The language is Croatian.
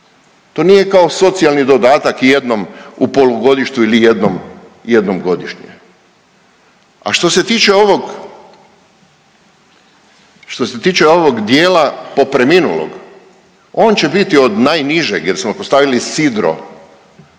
To nije kao socijalni dodatak jednom u polugodištu ili jednom godišnje. A što se tiče ovog dijela preminulog, on će biti od najnižeg, jer smo postavili sidro